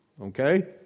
Okay